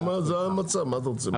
זה המצב, מה אתה רוצה ממני?